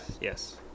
Yes